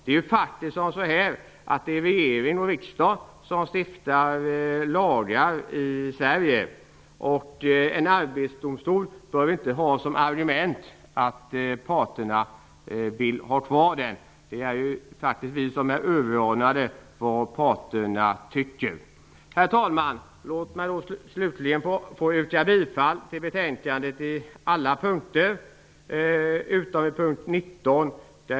Det är faktiskt regering och riksdag som stiftar lagar i Sverige. En arbetsdomstol bör inte ha som argument att parterna vill ha kvar den. Det är riksdag och regering som är överordnade parternas tyckande. Herr talman! Slutligen yrkar jag bifall till utskottets hemställan, utom vad gäller mom. 19.